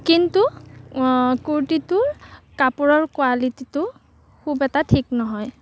কিন্তু কুৰ্তিটোৰ কাপোৰৰ কোৱালিটিটো খুব এটা ঠিক নহয়